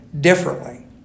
Differently